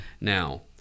Now